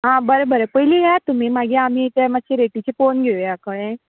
आं बरें बरें पयली येया तुमी मागीर आमी तें मातशें रेटीचे पळोवन घेवया कळ्ळें